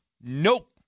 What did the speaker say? nope